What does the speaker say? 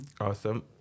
Awesome